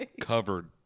Covered